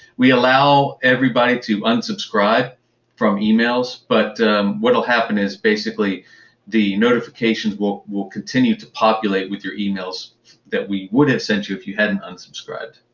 we allow everybody to unsubscribe from emails, but what'll happen is the notifications will will continue to populate with your emails that we would have sent you if you hadn't unsubscribed.